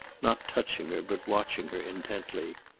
not touching her but watching her intently.